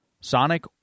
Sonic